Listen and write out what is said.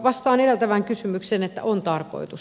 vastaan edeltävään kysymykseen että on tarkoitus